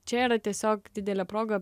čia yra tiesiog didelė proga